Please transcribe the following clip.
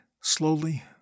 slowly